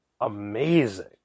amazing